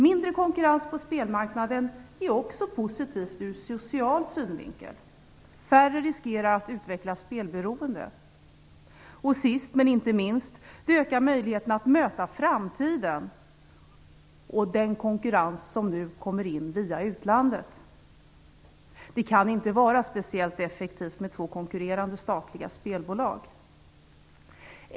Mindre konkurrens på spelmarknaden är också positivt ur social synvinkel. Färre riskerar att utveckla spelberoende. Sist men inte minst ökar möjligheten att möta framtiden och den konkurrens som nu kommer in via utlandet. Det kan inte vara speciellt effektivt med två konkurrerande statliga spelbolag.